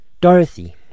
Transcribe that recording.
Dorothy